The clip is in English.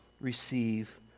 receive